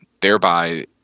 thereby